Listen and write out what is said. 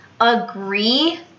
agree